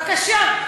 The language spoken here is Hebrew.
בבקשה.